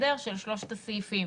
של שלושת הסעיפים,